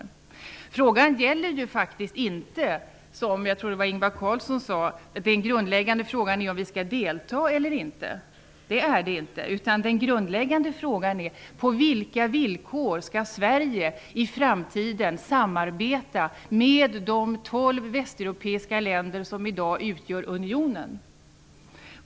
Den grundläggande frågan är faktiskt inte, som Ingvar Carlsson sade -- om jag inte missminner mig -- om vi skall delta eller inte. Nej, den grundläggande frågan är: På vilka villkor skall Sverige i framtiden samarbeta med de 12 västeuropeiska länder som i dag utgör unionen?